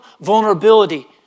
vulnerability